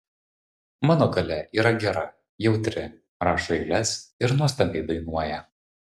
mano galia yra gera jautri rašo eiles ir nuostabiai dainuoja